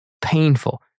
painful